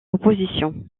opposition